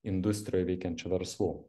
industrijoj veikiančių verslų